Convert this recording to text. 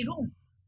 rooms